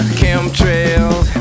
chemtrails